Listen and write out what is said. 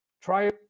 Try